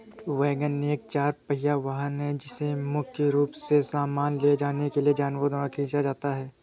wagon एक चार पहिया वाहन है जिसे मुख्य रूप से सामान ले जाने के लिए जानवरों द्वारा खींचा जाता है